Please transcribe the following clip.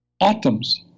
atoms